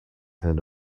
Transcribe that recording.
than